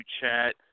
chat